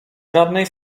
żadnej